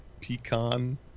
pecan